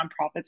nonprofits